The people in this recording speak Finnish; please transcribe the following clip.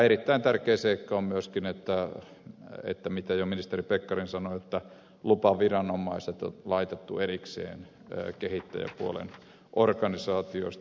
erittäin tärkeä seikka on myöskin se mitä jo ministeri pekkarinen sanoi että lupaviranomaiset on laitettu erikseen kehittäjäpuolen organisaatioista